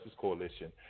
Coalition